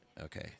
okay